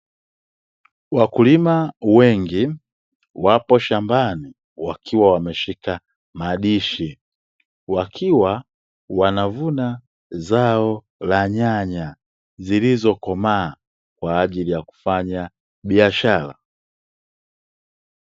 Wakulima wengi wapo shambani, wakiwa wameshika madishi, wakiwa wanavuna zao la nyanya zilizokomaa, kwa ajili ya kufanya biashara.